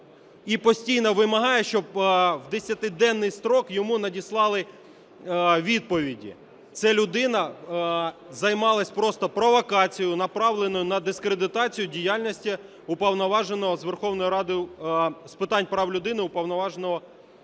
і постійно вимагає, щоб в десятиденний строк йому надіслали відповіді. Ця людина займалась просто провокацією, направленою на дискредитацію діяльності Уповноваженого